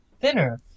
thinner